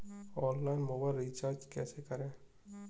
Online mobile recharge कैसे करें?